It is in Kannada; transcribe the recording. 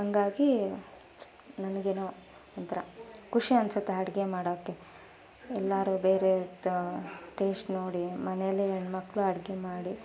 ಹಂಗಾಗಿ ನನಗೇನೋ ಒಂಥರ ಖುಷಿ ಅನಿಸುತ್ತೆ ಅಡುಗೆ ಮಾಡೋಕ್ಕೆ ಎಲ್ಲರೂ ಬೇರೆ ತ ಟೇಶ್ಟ್ ನೋಡಿ ಮನೇಲಿ ಹೆಣ್ ಮಕ್ಕಳು ಅಡುಗೆ ಮಾಡಿ